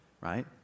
right